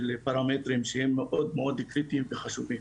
פרמטרים שהם מאוד מאוד קריטיים וחשובים.